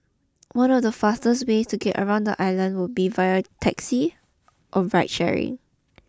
one of the faster ways to get around the island would be via taxi or ride sharing